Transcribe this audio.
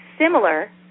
similar